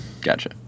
Gotcha